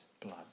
blood